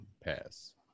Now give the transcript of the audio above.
pass